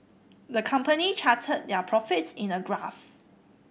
the company charted their profits in a graph